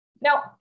Now